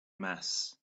mass